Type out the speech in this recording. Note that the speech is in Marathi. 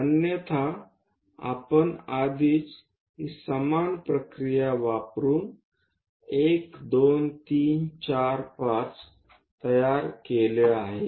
अन्यथा आपण आधीच हे समान प्रक्रिया वापरून 1 2 3 4 5 तयार केले आहे